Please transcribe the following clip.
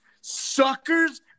suckers